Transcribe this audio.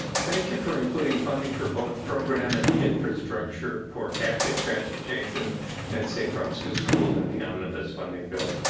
um thank you for including funding for both program and infrastructure for activ e transportation and safe roads to school in the omnibus funding bill.